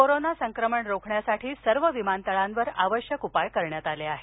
corona संक्रमण रोखण्यासाठी सर्व विमानतळांवर आवश्यक उपाय करण्यात आले आहेत